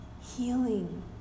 Healing